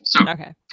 Okay